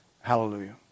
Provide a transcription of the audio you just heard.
Hallelujah